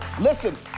Listen